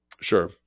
sure